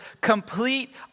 complete